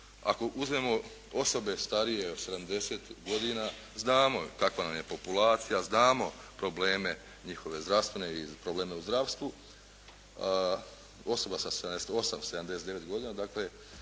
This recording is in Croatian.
Ako uzmemo osobe starije od 70 godina znamo kakva nam je populacija, znamo probleme njihove zdravstvene i probleme u zdravstvu, osoba sa 78., 79. godina dakle